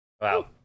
Wow